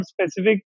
specific